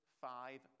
five